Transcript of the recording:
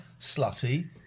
slutty